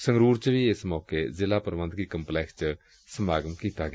ਸੰਗਰੁਰ ਚ ਵੀ ਏਸ ਮੌਕੇ ਜ਼ਿਲਾ ਪੁਬੰਧਕੀ ਕੰਪਲੈਕਸ ਵਿਚ ਸਮਾਗਮ ਕੀਤਾ ਗਿਆ